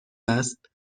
است